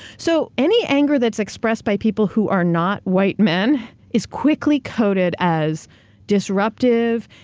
so, any anger that's expressed by people who are not white men is quickly coded as disruptive,